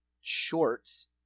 shorts